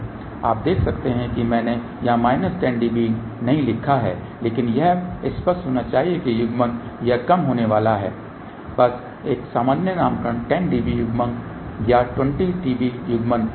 अब आप देख सकते हैं कि मैंने यहां माइनस 10 dB नहीं लिखा है लेकिन यह स्पष्ट होना चाहिए कि युग्मन यह कम होने वाला है बस एक सामान्य नामकरण 10 dB युग्मन या 20 dB युग्मन